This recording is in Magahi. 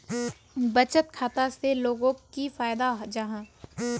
बचत खाता से लोगोक की फायदा जाहा?